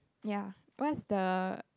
ya what's the